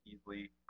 easily